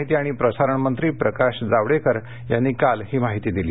माहिती आणि प्रसारण मंत्री प्रकाश जावडेकर यांनी काल ही माहिती दिली